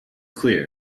clear